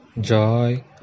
joy